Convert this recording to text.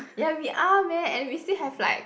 ya we are man and we still have like